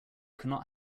cannot